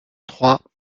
trois